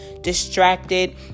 distracted